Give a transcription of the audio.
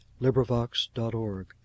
LibriVox.org